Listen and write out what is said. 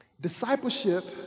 Discipleship